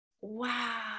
wow